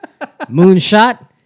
Moonshot